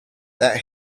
that